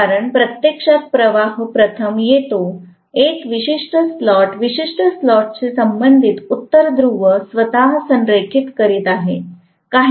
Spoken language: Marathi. कारण प्रत्यक्षात प्रथम प्रवाह येतो एक विशिष्ट स्लॉट विशिष्ट स्लॉटशी संबंधित उत्तर ध्रुव स्वतःच संरेखित करत आहे